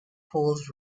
poles